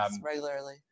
regularly